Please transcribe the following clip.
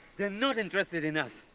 they're not interested in us.